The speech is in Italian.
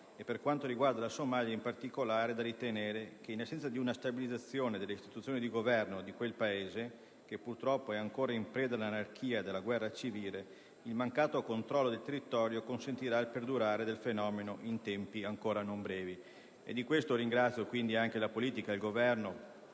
e, per quanto riguarda la Somalia in particolare, è da ritenere che - in assenza di una stabilizzazione delle istituzioni di governo di quel Paese (purtroppo ancora in preda all'anarchia ed alla guerra civile) - il mancato controllo del territorio consentirà il perdurare del fenomeno in tempi non brevi». **Testo integrale della dichiarazione